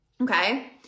okay